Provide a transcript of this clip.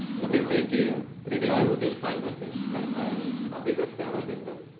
but if they do? if they do they'll find nothing. like i'm a bigger scammer than them.